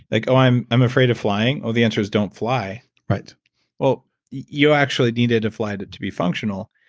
like oh i'm i'm afraid of flying, oh the answer's don't fly right well you actually need to to fly to to be functional,